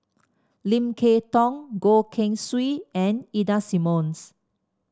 Lim Kay Tong Goh Keng Swee and Ida Simmons